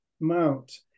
mount